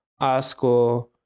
ASCO